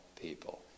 people